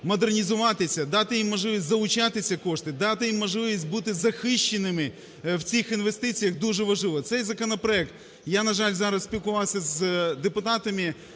модернізуватися, дати їм можливість залучати ці кошти, дати їм можливість бути захищеними в цих інвестиціях дуже важливо. Цей законопроект, – я, на жаль, зараз спілкувався з депутатами,